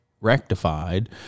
rectified